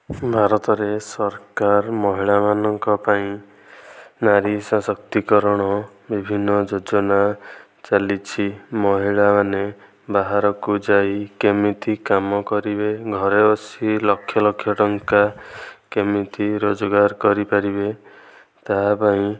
ଭାରତରେ ସରକାର ମହିଳାମାନଙ୍କ ପାଇଁ ନାରୀସଶକ୍ତିକରଣ ବିଭିନ୍ନ ଯୋଜନା ଚାଲିଛି ମହିଳାମାନେ ବାହାରକୁ ଯାଇ କେମିତି କାମ କରିବେ ଘରେ ବସି ଲକ୍ଷ ଲକ୍ଷ ଟଙ୍କା କେମିତି ରୋଜଗାର କରିପାରିବେ ତା ପାଇଁ